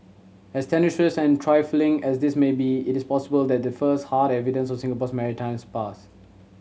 as tenuous and trifling as this may be it is possible that the first hard evidence of Singapore's maritime past